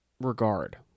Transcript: regard